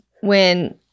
when-